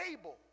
able